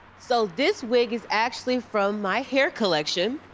so this wig is actually from my hair collection.